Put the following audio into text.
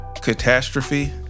catastrophe